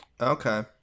Okay